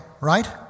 right